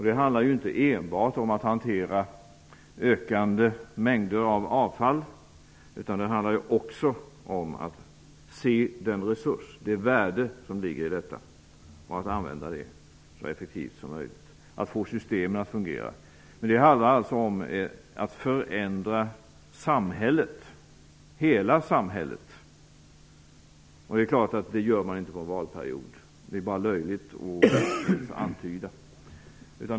Det handlar inte enbart om att hantera ökande mängder av avfall, utan det handlar också om att se den resurs, det värde som ligger i detta och att använda det så effektivt som möjligt, att få systemen att fungera. Det handlar alltså om att förändra samhället, hela samhället, och det är klart att det gör man inte under en valperiod. Det är bara löjligt att ens antyda något sådant.